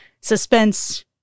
suspense